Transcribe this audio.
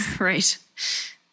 Right